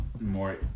more